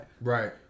Right